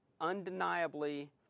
undeniably